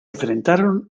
enfrentaron